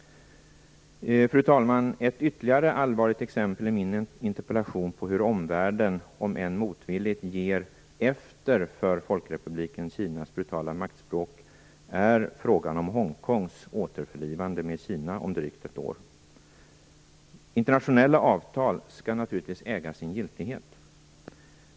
Fru talman! Ytterligare ett allvarligt exempel i min interpellation på hur omvärlden, om än motvilligt, ger efter för Folkrepubliken Kinas brutala maktspråk är frågan om Hongkongs återförlivande med Kina om drygt ett år. Internationella avtal skall naturligtvis äga sin giltighet.